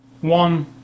one